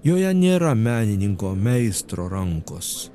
joje nėra menininko meistro rankos